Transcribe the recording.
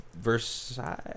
Versailles